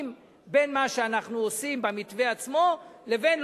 בין מה שאנחנו עושים במתווה עצמו לבין,